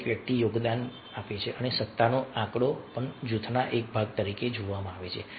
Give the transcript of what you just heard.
દરેક વ્યક્તિ યોગદાન આપે છે અને સત્તાનો આંકડો પણ જૂથના એક ભાગ તરીકે જોવામાં આવે છે